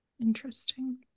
interesting